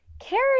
Carrie